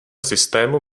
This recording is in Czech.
systému